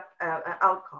outcome